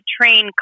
train